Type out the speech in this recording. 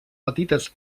petites